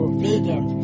vegan